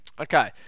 Okay